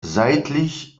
seitlich